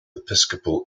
episcopal